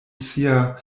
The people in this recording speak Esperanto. sia